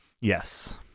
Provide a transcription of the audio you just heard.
Yes